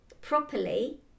properly